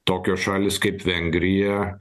tokios šalys kaip vengrija